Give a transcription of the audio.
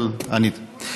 אבל ענית.